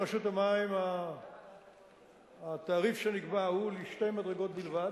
ברשות המים התעריף שנקבע הוא לשתי מדרגות בלבד.